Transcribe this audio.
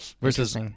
versus